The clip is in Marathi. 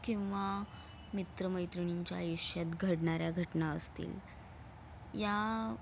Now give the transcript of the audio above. किंवा मित्रमैत्रिणींच्या आयुष्यात घडणाऱ्या घटना असतील या